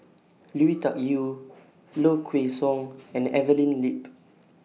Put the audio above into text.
Lui Tuck Yew Low Kway Song and Evelyn Lip